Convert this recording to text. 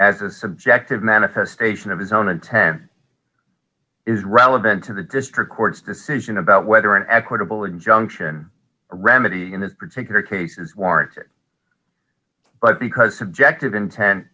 as a subjective manifestation of his own intent is relevant to the district court's decision about whether an equitable injunction remedy in that particular case is warranted but because subjective intent